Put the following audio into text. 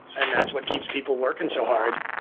and that's what keeps people working so hard